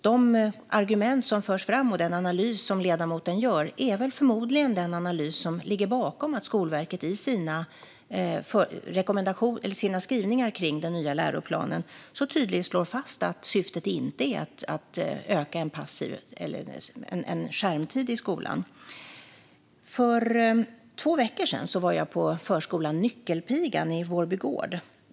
De argument som förs fram och den analys som ledamoten gör är förmodligen den analys som ligger bakom att Skolverket i sina skrivningar för den nya läroplanen tydligt slår fast att syftet inte är att öka skärmtiden i skolan. För två veckor sedan var jag på förskolan Nyckelpigan i Vårby Gård.